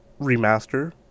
remaster